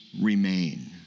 remain